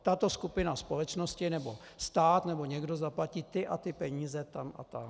Tato skupina společnosti nebo stát nebo někdo zaplatí ty a ty peníze tam a tam.